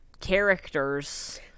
characters